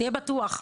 תהיה בטוח,